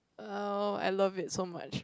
oh I love it so much